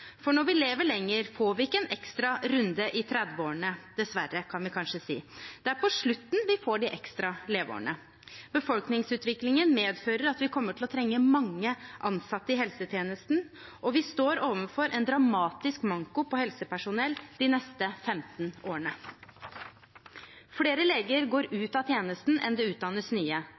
For når vi lever lenger, får vi ikke en ekstra runde i 30-årene – dessverre, kan vi kanskje si – det er på slutten vi får de ekstra leveårene. Befolkningsutviklingen medfører at vi kommer til å trenge mange ansatte i helsetjenesten, og vi står overfor en dramatisk manko på helsepersonell de neste 15 årene. Flere leger går ut av tjenesten enn det utdannes nye.